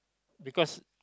because